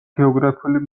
გეოგრაფიული